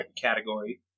category